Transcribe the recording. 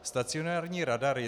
Stacionární radar.